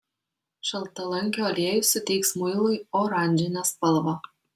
šaltalankio aliejus suteiks muilui oranžinę spalvą